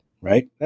Right